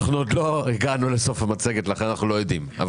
אנחנו לא הגענו לסוף המצגת לכן אנחנו לא יודעים.